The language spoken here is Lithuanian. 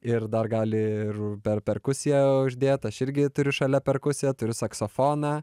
ir dar gali ir per perkusiją uždėt aš irgi turi šalia perkusiją turiu saksofoną